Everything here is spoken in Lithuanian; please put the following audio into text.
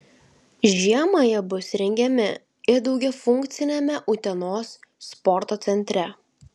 žiemą jie bus rengiami ir daugiafunkciame utenos sporto centre